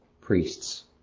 priests